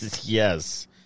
yes